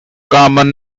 common